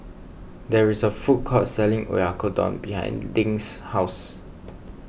there is a food court selling Oyakodon behind Dink's house